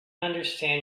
understand